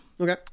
Okay